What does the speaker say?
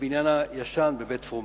בבניין הישן בבית-פרומין.